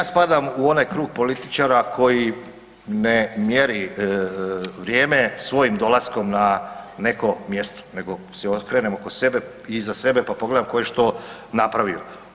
Ja spadam u onaj krug političara koji ne mjeri vrijeme svojim dolaskom na neko mjesto nego se okrenem oko sebe i iza sebe pa pogledam ko je što napravio.